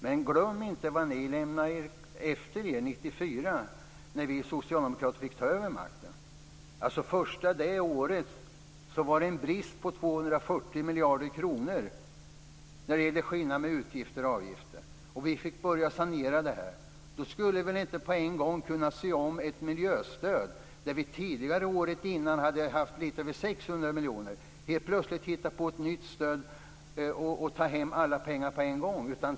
Men glöm inte vad ni lämnade efter er 1994, när vi socialdemokrater fick ta över makten. Det första året var det en brist på 240 miljarder kronor när det gäller skillnaden mellan utgifter och inkomster, och vi fick börja sanera det här. Då skulle vi väl inte på en gång kunna se över ett miljöstöd där vi tidigare, året innan, hade haft lite över 600 miljoner kronor och helt plötsligt hitta på ett nytt stöd och ta hem alla pengar på en gång.